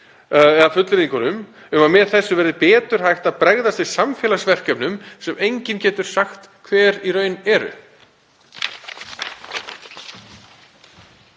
trúi fullyrðingum um að með þessu verði betur hægt að bregðast við samfélagsverkefnum sem enginn getur í raun sagt